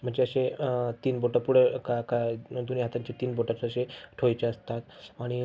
म्हणजे अशी तीन बोटं पुढं का काय दोन्ही हातांची तीन बोटंच अशी ठेवायची असतात आणि